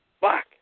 Fuck